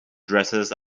dresses